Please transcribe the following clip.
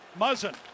Muzzin